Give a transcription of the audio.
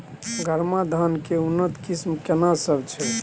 गरमा धान के उन्नत किस्म केना सब छै?